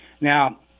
Now